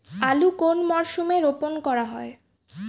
আলু কোন মরশুমে রোপণ করা হয়?